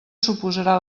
suposarà